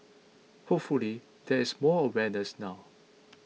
hopefully there is more awareness now